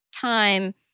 time